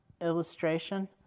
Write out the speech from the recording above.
illustration